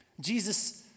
Jesus